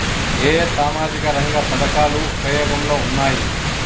ఏ ఏ సామాజిక రంగ పథకాలు ఉపయోగంలో ఉన్నాయి?